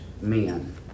men